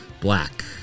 Black